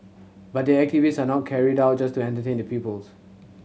but the activities are not carried out just to entertain the pupils